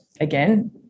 again